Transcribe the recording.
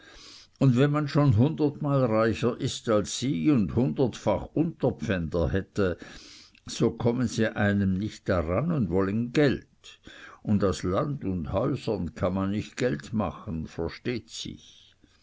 und wenn man schon hundertmal reicher ist als sie und hundertfach unterpfänder hätte so kommen sie einem nicht daran und wollen geld und aus land und häusern kann man nicht geld machen versteht sich